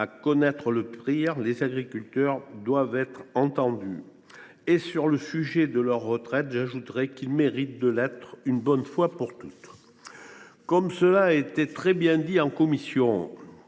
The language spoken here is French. commettre le pire, les agriculteurs doivent être entendus. Sur le sujet de leur retraite, ils méritent de l’être une bonne fois pour toutes ! Comme cela a été très bien dit lors